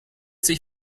sich